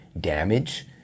damage